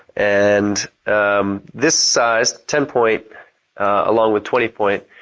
and this size, ten point along with twenty point,